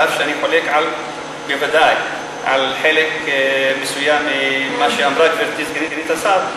אף שאני חולק על חלק מסוים ממה שאמרה גברתי סגנית השר.